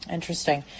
Interesting